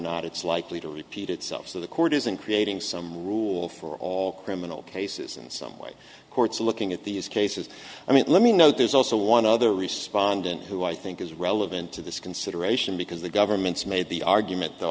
not it's likely to repeat itself so the court isn't creating some rule for all criminal cases in some way courts looking at these cases i mean let me know there's also one other respondent who i think is relevant to this consideration because the government's made the argument th